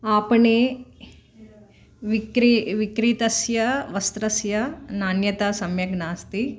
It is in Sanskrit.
आपणे विक्री विक्रीतस्य वस्त्रस्य नान्यथा सम्यक् नास्ति